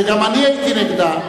גם אני הייתי נגדה.